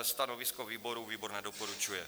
Stanovisko výboru výbor nedoporučuje.